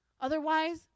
Otherwise